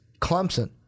Clemson